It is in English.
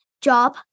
job